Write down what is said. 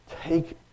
take